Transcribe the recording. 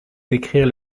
décrire